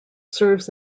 serves